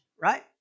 right